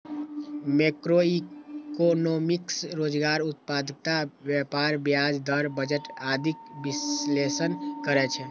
macroeconomics रोजगार, उत्पादकता, व्यापार, ब्याज दर, बजट आदिक विश्लेषण करै छै